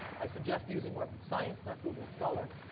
i suggest using web science, not google scholar.